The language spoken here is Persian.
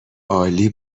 عالی